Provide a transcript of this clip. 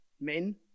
men